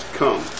come